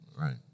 Right